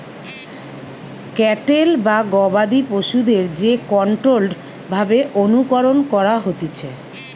cattle বা গবাদি পশুদের যে কন্ট্রোল্ড ভাবে অনুকরণ করা হতিছে